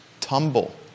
tumble